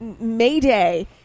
Mayday